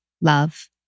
love